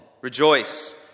Rejoice